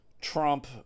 Trump